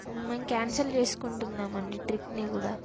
మేము క్యాన్సల్ చేసుకుంటున్నాం అండి ట్రిప్ని కూడా